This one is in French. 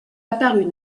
apparut